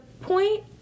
point